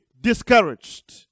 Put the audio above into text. discouraged